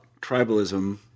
tribalism